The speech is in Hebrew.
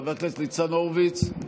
חבר הכנסת ניצן הורוביץ,